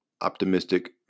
Optimistic